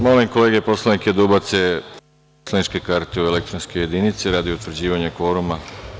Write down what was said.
Molim kolege poslanike da ubace poslaničke kartice u elektronske jedinice radi utvrđivanja kvoruma.